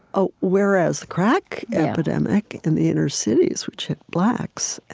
ah whereas the crack epidemic in the inner cities, which hit blacks,